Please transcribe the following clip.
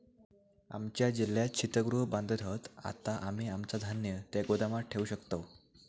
आमच्या जिल्ह्यात शीतगृह बांधत हत, आता आम्ही आमचा धान्य त्या गोदामात ठेवू शकतव